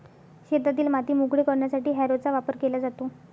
शेतातील माती मोकळी करण्यासाठी हॅरोचा वापर केला जातो